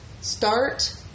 Start